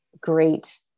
great